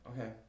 Okay